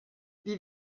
wie